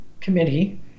Committee